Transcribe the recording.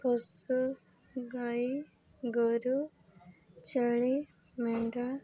ପଶୁ ଗାଈ ଗୋରୁ ଛେଳି ମେଣ୍ଢା